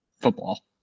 football